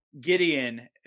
Gideon